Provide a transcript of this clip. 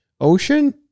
ocean